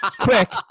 Quick